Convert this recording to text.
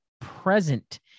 present